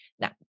Now